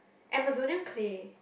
Amazonian clay